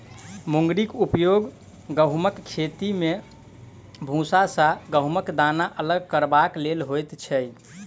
मुंगरीक उपयोग गहुमक खेती मे भूसा सॅ गहुमक दाना अलग करबाक लेल होइत छै